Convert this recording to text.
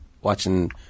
watching